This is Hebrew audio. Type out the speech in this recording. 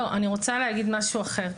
אני רוצה להגיד משהו אחר.